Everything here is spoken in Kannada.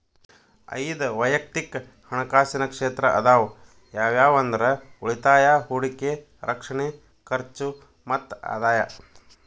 ಐದ್ ವಯಕ್ತಿಕ್ ಹಣಕಾಸಿನ ಕ್ಷೇತ್ರ ಅದಾವ ಯಾವ್ಯಾವ ಅಂದ್ರ ಉಳಿತಾಯ ಹೂಡಿಕೆ ರಕ್ಷಣೆ ಖರ್ಚು ಮತ್ತ ಆದಾಯ